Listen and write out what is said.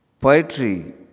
Poetry